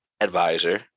advisor